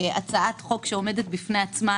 כהצעת חוק שעומדת בפני עצמה,